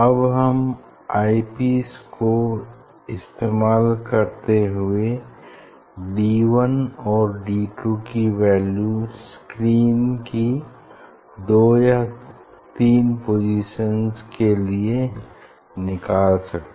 अब हम eyepiece को इस्तेमाल करते हुवे डी वन और डी टू की वैल्यू स्क्रीन की दो या तीन पोसिशन्स के लिए निकाल सकते हैं